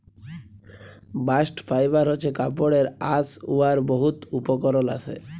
bast fibre হছে কাপড়ের আঁশ উয়ার বহুত উপকরল আসে